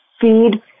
feed